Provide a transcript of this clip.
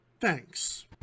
Thanks